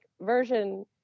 version